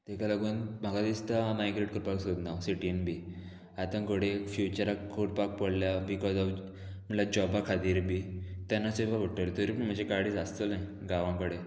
तेका लागून म्हाका दिसता मायग्रेट करपाक सोदना हांव सिटीन बी आतां घोडये फ्युचराक कोरपाक पडल्या बिकॉज ऑफ म्हणल्यार जॉबा खातीर बी तेन्ना चोवपा पडटले तरी पूण म्हजे काडीज आसतले गांवां कोडें